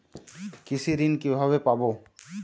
কৃষি ঋন কিভাবে পাব?